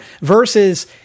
Versus